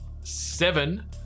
Seven